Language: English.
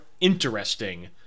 interesting